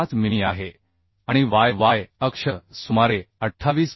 5 मिमी आहे आणि yy अक्ष सुमारे 28